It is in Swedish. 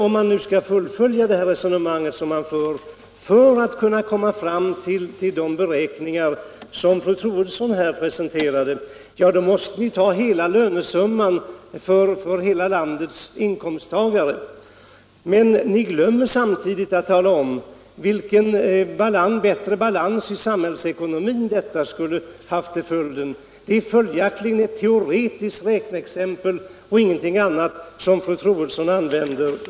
Om man nu skall fullfölja det resonemanget måste ni, för att komma fram till det resultat som fru Troedsson här presenterade, räkna med hela lönesumman för hela landets inkomsttagare. Men ni glömmer samtidigt att tala om vilken bättre balans i samhällsekonomin detta skulle ha till följd. Det är följaktligen ett teoretiskt räkneexempel och ingenting annat som fru Troedsson använder.